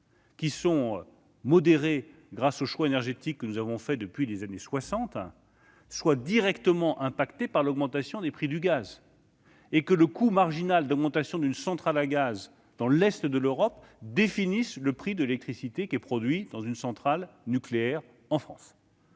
qui sont modérés grâce aux choix énergétiques que nous avons faits depuis les années 1960, soient directement affectés par l'augmentation des prix du gaz, et que le coût marginal d'augmentation d'une centrale à gaz dans l'est de l'Europe définisse le prix de l'électricité produite dans une centrale nucléaire en France.